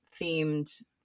themed